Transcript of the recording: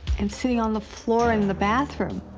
and sitting on the floor in the bathroom.